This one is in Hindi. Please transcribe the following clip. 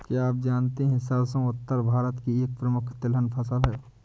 क्या आप जानते है सरसों उत्तर भारत की एक प्रमुख तिलहन फसल है?